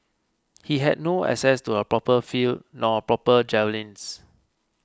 he had no access to a proper field nor proper javelins